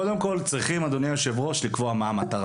אדוני היושב-ראש, קודם כל צריכים לקבוע מה המטרה,